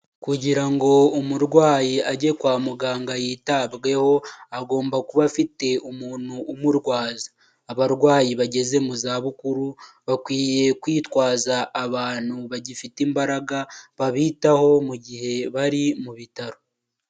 Kugira ngo umurwayi ajye kwa muganga yitabweho, agomba kuba afite umuntu umurwaza. Abarwayi bageze mu za bukuru bakwiye kwitwaza abantu bagifite imbaraga babitaho mu gihe bari mu bitaro.